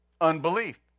Unbelief